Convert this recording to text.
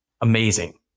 Amazing